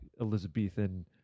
Elizabethan